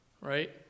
Right